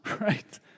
right